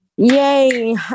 Yay